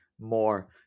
more